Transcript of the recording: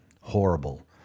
horrible